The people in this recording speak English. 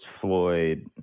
Floyd